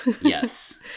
Yes